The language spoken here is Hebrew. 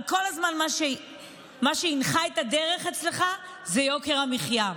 אבל כל הזמן מה שהנחה את הדרך אצלך זה יוקר המחיה.